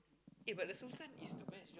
eh but the sultan is the best job